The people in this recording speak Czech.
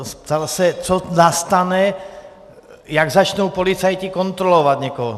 Ptal se, co nastane, jak začnou policajti kontrolovat někoho.